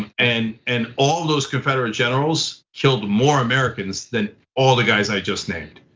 and and all those confederate generals killed more americans than all the guys i just named.